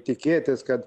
tikėtis kad